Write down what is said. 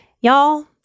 Y'all